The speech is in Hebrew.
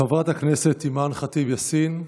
חברת הכנסת אימאן ח'טיב יאסין,